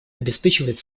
обеспечивает